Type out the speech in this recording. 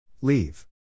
Leave